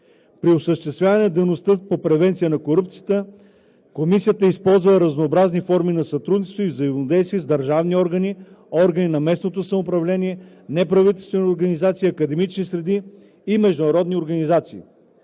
При осъществяване на дейността по превенция на корупцията Комисията е използвала разнообразни форми на сътрудничество и взаимодействие с държавни органи, органи на местното самоуправление, неправителствени организации, академични среди и международни организации.